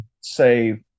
say